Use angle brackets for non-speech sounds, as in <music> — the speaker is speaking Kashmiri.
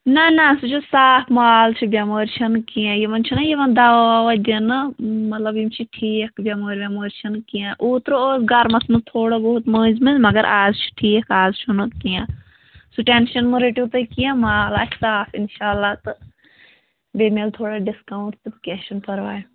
نہ نہ سُہ چھِ صاف مال چھِ بٮ۪مٲرۍ چھِنہٕ کیٚنہہ یِمَن چھُنہ یِوان دوا وَوا دِنہٕ مطلب یِم چھِ ٹھیٖک بٮ۪مٲرۍ وٮ۪مٲرۍ چھَنہٕ کیٚنہہ اوترٕ اوس گَرمَس منٛز تھوڑا بہت مٔنٛزۍ مٔنٛزۍ مگر آز چھِ ٹھیٖک آز چھُنہٕ <unintelligible> کیٚنہہ سُہ ٹٮ۪نشَن مہٕ رٔٹِو تُہۍ کیٚنہہ مال آسہِ صاف اِنشاء اللہ تہٕ بیٚیہِ میلہِ تھوڑا ڈِسکاوُنٹ تہٕ کیٚنہہ چھُنہٕ پرواے